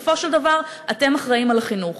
בסופו של דבר אתם אחראים לחינוך.